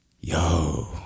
yo